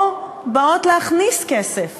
או באות להכניס כסף